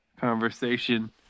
conversation